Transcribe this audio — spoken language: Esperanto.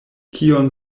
kion